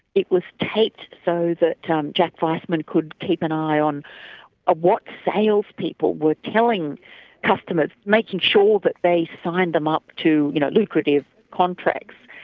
it was taped so that jack vaisman could keep an eye on what salespeople were telling customers, making sure that but they signed them up to you know lucrative contracts.